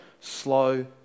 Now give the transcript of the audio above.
slow